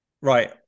right